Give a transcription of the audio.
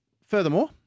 Furthermore